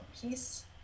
piece